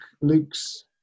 Luke's